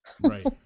right